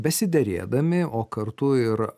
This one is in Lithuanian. besiderėdami o kartu ir